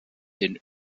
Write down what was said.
den